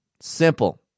Simple